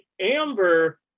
Amber